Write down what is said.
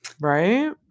right